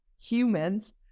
humans